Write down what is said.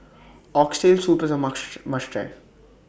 Oxtail Soup IS A must must Try